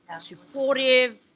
supportive